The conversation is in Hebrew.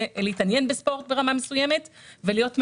להתעניין בספורט ברמה מסוימת ולהיות מעורב.